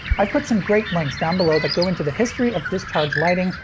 i've put some great links down below that go into the history of discharge lighting,